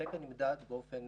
התקן נמדד באופן